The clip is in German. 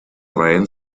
reihen